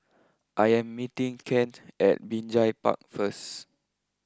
I am meeting Kent at Binjai Park first